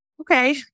okay